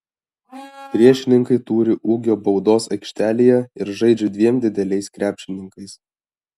priešininkai turi ūgio baudos aikštelėje ir žaidžia dviem dideliais krepšininkais